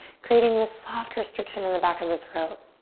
creating this soft restriction in the back of the throat.